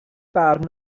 barn